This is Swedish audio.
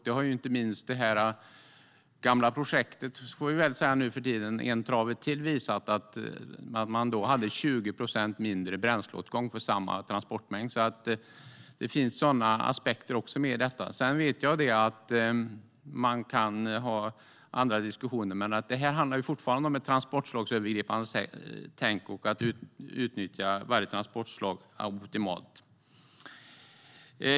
Det har inte minst det gamla projektet - som vi väl får säga nu för tiden - En trave till visat. Där hade man 20 procent mindre bränsleåtgång för samma transportmängd. Det finns också sådana aspekter med i detta. Jag vet att man kan ha andra diskussioner. Men det handlar fortfarande om ett transportslagsövergripande tänk och att utnyttja varje transportslag optimalt.